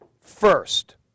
First